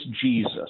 Jesus